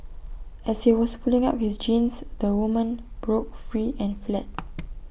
as he was pulling up his jeans the woman broke free and fled